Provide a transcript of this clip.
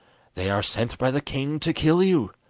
they are sent by the king to kill you